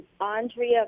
Andrea